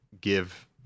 give